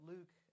Luke